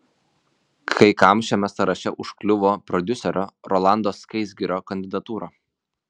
kai kam šiame sąraše užkliuvo prodiuserio rolando skaisgirio kandidatūra